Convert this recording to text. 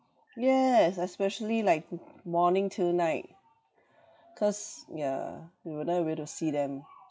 yes especially like morning till night cause ya we were not able to see them